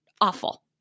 awful